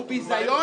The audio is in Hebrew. הוא ביזיון,